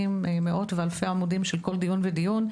מאות ואלפי עמודים של כל דיון ודיון.